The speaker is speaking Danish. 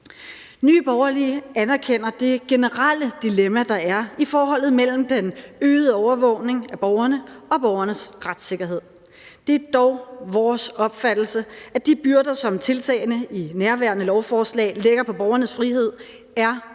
Nye Borgerlige anerkender det generelle dilemma, der er i forholdet mellem den øgede overvågning af borgerne og borgernes retssikkerhed. Det er dog vores opfattelse, at de byrder, som tiltagene i nærværende lovforslag lægger på borgernes frihed, er proportionale